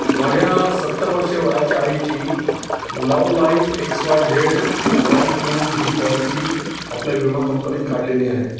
माझ्या सत्तर वर्षे वयाच्या आईची love life X Y Z one two ही पॉलिसी आपल्या विमा कंपनीत काढलेली आहे